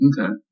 Okay